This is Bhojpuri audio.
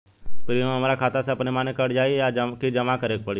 प्रीमियम हमरा खाता से अपने माने कट जाई की जमा करे के पड़ी?